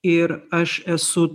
ir aš esu